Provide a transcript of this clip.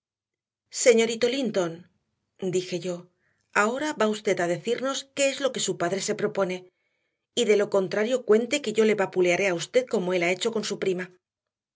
señorito linton dije yo ahora va usted a decirnos qué es lo que su padre se propone y de lo contrario cuente que yo le vapulearé a usted como él ha hecho con su prima